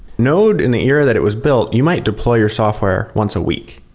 node in the ear that it was built, you might deploy your software once a week.